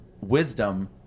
wisdom